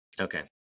Okay